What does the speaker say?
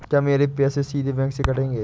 क्या मेरे पैसे सीधे बैंक से कटेंगे?